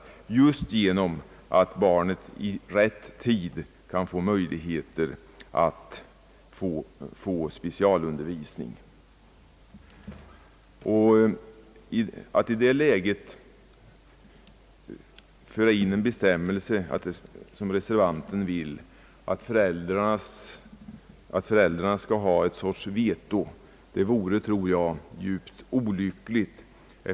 Detta beror på om barnet i rätt tid kan få specialundervisning. Att i det läget föra in en bestämmelse — som reservanten vill — att föräldrarna skall ha ett sorts veto vore, tror jag, djupt olyckligt.